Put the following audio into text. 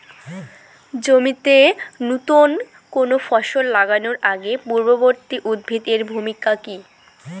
জমিতে নুতন কোনো ফসল লাগানোর আগে পূর্ববর্তী উদ্ভিদ এর ভূমিকা কি?